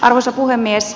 arvoisa puhemies